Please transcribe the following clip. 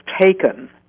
taken